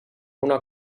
una